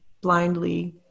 blindly